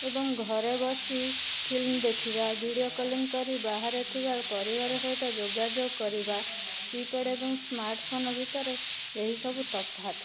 ଏବଂ ଘରେ ବସି ଫିଲ୍ମ ଦେଖିବା ଭିଡ଼ିଓ କଲିଙ୍ଗ କରି ବାହାରେ ଥିବା ପରିବାର ସହିତ ଯୋଗାଯୋଗ କରିବା କିପେଡ଼ ଏବଂ ସ୍ମାର୍ଟଫୋନ୍ ଭିତରେ ଏହି ସବୁ ତଫାତ